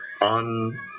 on